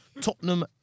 Tottenham